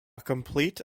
complete